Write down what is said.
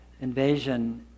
invasion